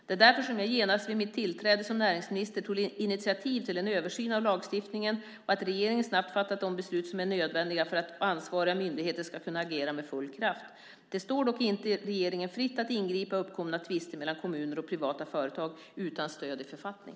Det är därför som jag genast vid mitt tillträde som näringsminister tog initiativ till en översyn av lagstiftningen och att regeringen snabbt fattat de beslut som är nödvändiga för att ansvariga myndigheter ska kunna agera med full kraft. Det står dock inte regeringen fritt att ingripa i uppkomna tvister mellan kommuner och privata företag utan stöd i författning.